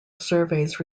surveys